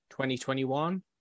2021